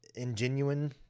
ingenuine